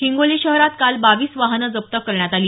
हिंगोली शहरात काल बावीस वाहनं जप्त करण्यात आली